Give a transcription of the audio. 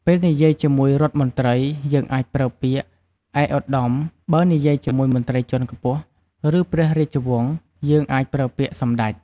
ពេលនិយាយជាមួយរដ្ឋមន្ត្រីយើងអាចប្រើពាក្យ "ឯកឧត្តម" បើនិយាយជាមួយមន្រ្តីជាន់ខ្ពស់ ឬព្រះរាជវង្សយើងអាចប្រើពាក្យ "សម្តេច"។